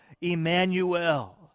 Emmanuel